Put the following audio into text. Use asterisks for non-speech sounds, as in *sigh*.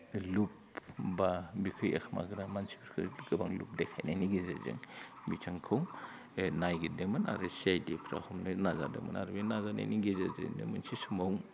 लुब बा बिफोर *unintelligible* मानसिफोरखो गोबां लुब देखायनायनि गेजेरजों बिथांखौ नागिरदोंमोन आरो सिआइडिफ्रा हमनो नाजादोंमोन आरो बे नाजानायनि गेजेरजोंनो मोनसे समाव